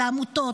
לעמותות,